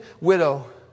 widow